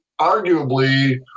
arguably